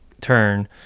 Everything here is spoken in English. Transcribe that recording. turn